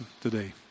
today